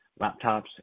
laptops